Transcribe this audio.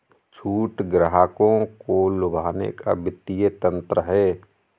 छूट ग्राहकों को लुभाने का वित्तीय तंत्र है